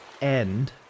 end